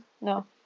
No